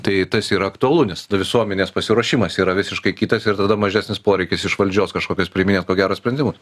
tai tas yra aktualu nes visuomenės pasiruošimas yra visiškai kitas ir tada mažesnis poreikis iš valdžios kažkokias priiminėt ko gero sprendimus